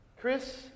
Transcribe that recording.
Chris